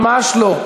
ממש לא.